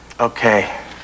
Okay